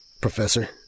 professor